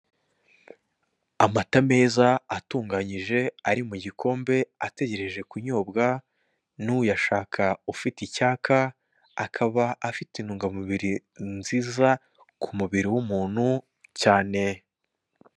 Amata meza atunganyije, ari mu gikombe ategereje kunyobwa n'uyashaka, ufite icyayaka. Akaba afite intungamubiri nziza ku mubiri w'umuntu cyane.